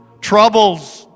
troubles